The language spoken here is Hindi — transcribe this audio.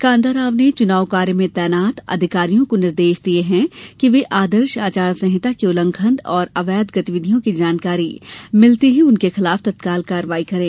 कांताराव ने चुनाव कार्य में तैनात अधिकारियों को निर्देश दिये कि वे आदर्श आचार संहिता के उल्लंघन और अवैध गतिविधियों की जानकारी मिलते ही उनके खिलाफ तत्काल कार्यवाही करे